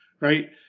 right